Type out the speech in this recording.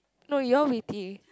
no you're witty